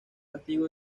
antigua